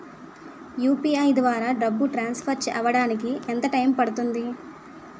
UPI ద్వారా డబ్బు transfer అవ్వడానికి ఎంత టైం పడుతుంది?